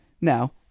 Now